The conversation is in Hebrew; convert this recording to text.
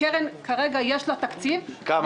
כרגע יש לקרן תקציב -- כמה?